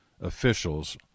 officials